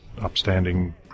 upstanding